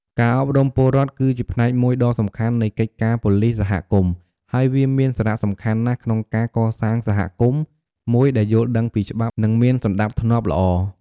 ការអប់រំពលរដ្ឋគឺជាផ្នែកមួយដ៏សំខាន់នៃកិច្ចការប៉ូលីសសហគមន៍ ហើយវាមានសារៈសំខាន់ណាស់ក្នុងការ កសាងសហគមន៍មួយដែលយល់ដឹងពីច្បាប់ និងមានសណ្តាប់ធ្នាប់ល្អ។